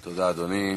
תודה, אדוני.